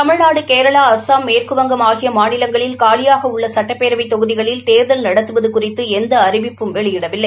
தமிழ்நாடு கேரளா அஸ்ஸாம் மேற்குவங்கம் ஆகிய மாநிலங்களில் காலியாக உள்ள சட்டப்பேரவைத் தொகுதிகளில் தேர்தல் நடத்துவது குறிதது எந்த அறிவிப்பும் வெளியிடவில்லை